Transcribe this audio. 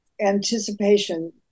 anticipation